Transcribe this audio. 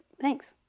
Thanks